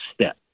step